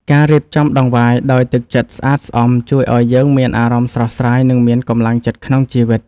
ការរៀបចំដង្វាយដោយទឹកចិត្តស្អាតស្អំជួយឱ្យយើងមានអារម្មណ៍ស្រស់ស្រាយ និងមានកម្លាំងចិត្តក្នុងជីវិត។